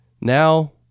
Now